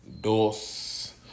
dos